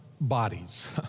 bodies